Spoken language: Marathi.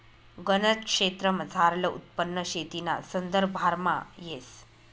गनज क्षेत्रमझारलं उत्पन्न शेतीना संदर्भामा येस